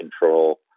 control